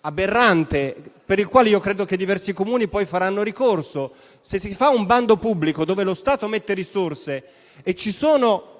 aberrante, per il quale io credo che diversi Comuni poi faranno ricorso. Se si fa un bando pubblico, dove lo Stato mette delle risorse, e ci sono